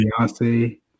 Beyonce